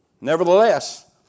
Nevertheless